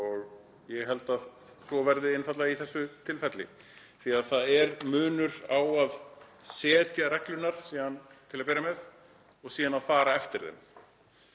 Ég held að svo verði einfaldlega í þessu tilfelli því að það er munur á að setja reglurnar til að byrja með og síðan að fara eftir þeim.